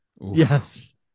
Yes